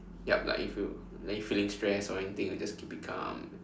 yup like if you like you feeling stress or anything you just keep it calm